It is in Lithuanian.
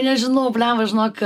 nežinau blemba žinok